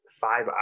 five